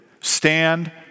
Stand